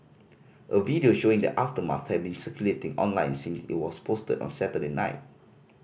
a video showing the aftermath has been circulating online since it was posted on Saturday night